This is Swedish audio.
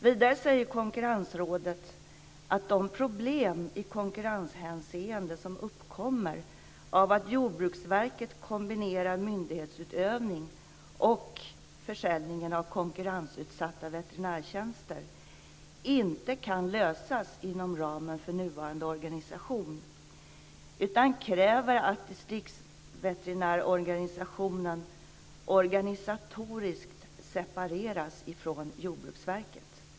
Vidare säger Konkurrensrådet att de problem i konkurrenshänseende som uppkommer av att Jordbruksverket kombinerar myndighetsutövning och försäljningen av konkurrensutsatta veterinärtjänster inte kan lösas inom ramen för nuvarande organisation, utan kräver att distriktsveterinärorganisationen organisatoriskt separeras från Jordbruksverket.